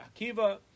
Akiva